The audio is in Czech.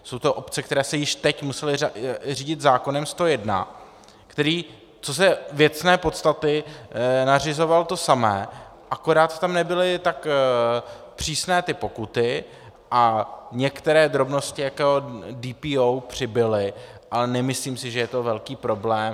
Jsou to obce, které se již teď musely řídit zákonem 101, který, co se věcné podstaty týče, nařizoval to samé, akorát tam nebyly tak přísné ty pokuty a některé drobnosti, jako DPO, přibyly, ale nemyslím si, že je to velký problém.